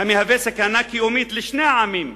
המהווה סכנה קיומית לשני העמים.